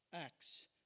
acts